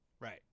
Right